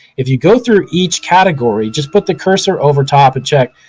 if you go through each category, just put the cursor over top and check.